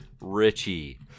Richie